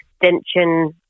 extension